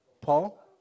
Paul